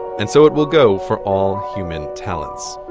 and so it will go for all human talents.